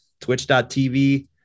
twitch.tv